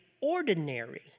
ordinary